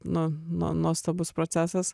nu nuo nuostabus procesas